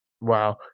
Wow